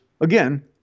again